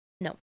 No